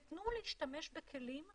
ותנו להשתמש בכלים,